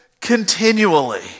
continually